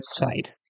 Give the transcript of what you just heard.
website